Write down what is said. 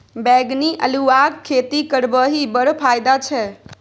बैंगनी अल्हुआक खेती करबिही बड़ फायदा छै